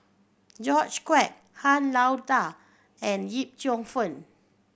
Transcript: George Quek Han Lao Da and Yip Cheong Fun